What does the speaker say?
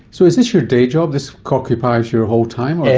so is this your day job, this occupies your whole time,